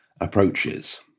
approaches